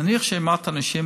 נניח שיש מעט אנשים,